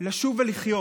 לשוב ולחיות.